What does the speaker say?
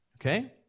Okay